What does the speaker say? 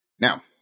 now